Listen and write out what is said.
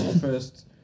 first